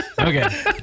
Okay